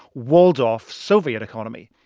walled-off soviet economy.